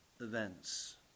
events